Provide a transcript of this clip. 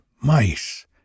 mice